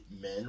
men